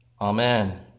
Amen